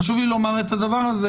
חשוב לי לומר את הדבר הזה,